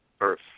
Earth